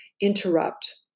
interrupt